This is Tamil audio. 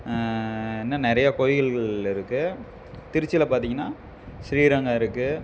இன்னும் நிறைய கோவில்கள் இருக்குது திருச்சியில் பார்த்தீங்கன்னா ஸ்ரீரங்கம் இருக்குது